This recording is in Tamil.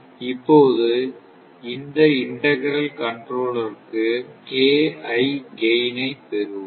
இப்போது அந்த இன்டெக்ரால் கண்ட்ரோலர் க்கு கைன் ஐப் பெறுவோம்